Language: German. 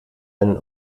einen